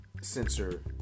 sensor